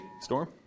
Storm